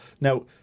Now